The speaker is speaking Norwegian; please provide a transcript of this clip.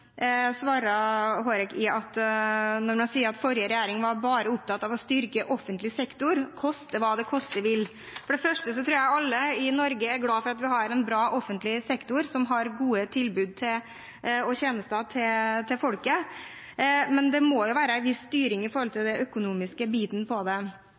sier at forrige regjering bare var opptatt av å styrke offentlig sektor, koste hva det koste vil. For det første tror jeg alle i Norge er glad for at vi har en bra offentlig sektor som har gode tilbud og tjenester til folk. Men det må være en viss styring med tanke på den økonomiske biten. Brukerstyrt helsefinansiering, som Høyre kommer med nå, viser at det